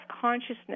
consciousness